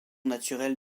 naturelles